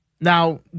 Now